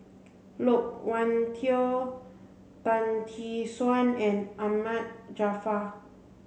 Loke Wan Tho Tan Tee Suan and Ahmad Jaafar